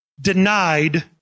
denied